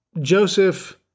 Joseph